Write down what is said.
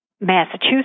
Massachusetts